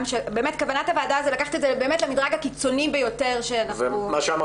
כוונת הוועדה היא לקחת את זה למדרג הקיצוני ביותר של הניסוח.